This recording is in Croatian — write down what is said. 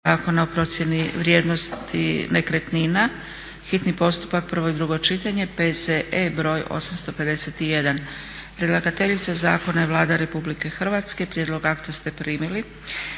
Zakona o procjeni vrijednosti nekretnina, hitni postupak, prvo i drugo čitanje, P.Z.E. br. 851; Predlagateljica zakona je Vlada Republike Hrvatske, prijedlog akta ste primili.